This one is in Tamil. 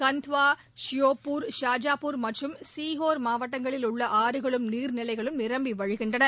கந்த்துவா ஷியோபூர் ஷாஜாபூர் மற்றம் ஷேகோர் மாவட்டங்களில் உள்ள ஆறுகளும் நீர்நிலைகளும் நிரம்பி வழிகின்றன